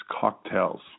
cocktails